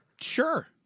Sure